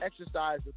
exercise